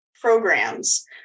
programs